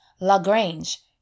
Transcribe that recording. LaGrange